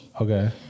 Okay